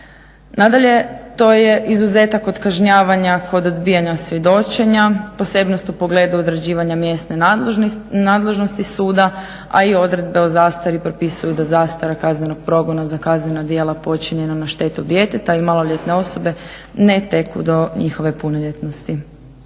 Nadalje, to je izuzetak od kažnjavanja kod odbijanja svjedočenja, posebnost u pogledu određivanja mjesne nadležnosti suda, a i odredbe o zastari propisuju da zastara kaznenog progona za kaznena djela počinjena na štetu djeteta i maloljetne osobe ne teku do njihove punoljetnosti.